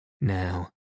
Now